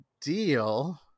deal